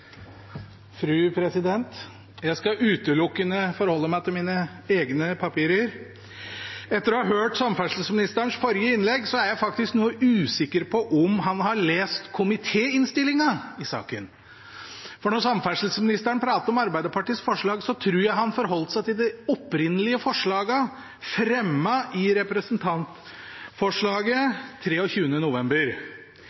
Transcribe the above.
Jeg skal utelukkende forholde meg til mine egne papirer. Etter å ha hørt samferdselsministerens forrige innlegg er jeg faktisk noe usikker på om han har lest komitéinnstillingen i saken, for da samferdselsministeren pratet om Arbeiderpartiets forslag, tror jeg han forholdt seg til de opprinnelige forslagene, fremmet i representantforslaget